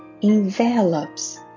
envelops